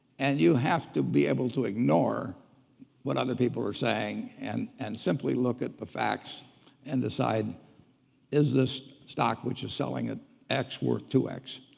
and you have to be able to ignore what other people are saying and and simply look at the facts and decide is this stock, which is selling at x, worth two x?